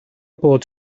bod